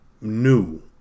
new